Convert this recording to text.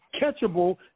catchable